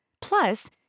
Plus